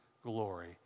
glory